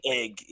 egg